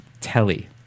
telly